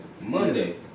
Monday